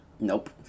Nope